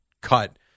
cut